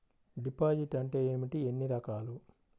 Deposit అంటే ఏమిటీ ఎన్ని రకాలు?